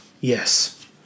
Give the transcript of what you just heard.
Yes